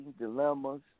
dilemmas